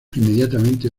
inmediatamente